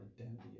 identity